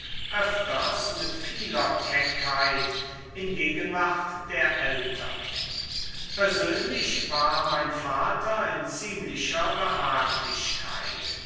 öfters mit vieler keckheit in gegenwart der eltern persönlich war mein vater in ziemlicher behaglichkeit